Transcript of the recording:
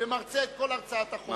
ומרצה את כל הרצאת החוק.